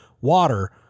water